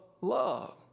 love